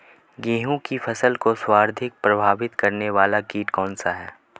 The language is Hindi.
गेहूँ की फसल को सर्वाधिक प्रभावित करने वाला कीट कौनसा है?